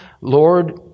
Lord